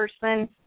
person